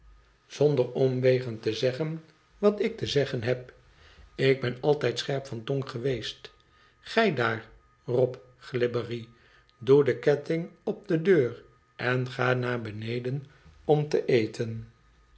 vriend gen te zeggen wat ik te zeggen heb ik ben altijd scherp van tong geweest gij daar rob glibbery doe den ketting op de deur en ga naar beneden om te eten